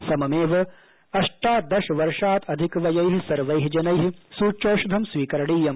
सममेव अष्टादश वर्षात् अधिकवयैः सर्वै जनै सूच्यौषधं स्वीकरणीयम्